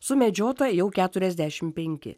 sumedžiota jau keturiasdešim penki